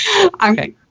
Okay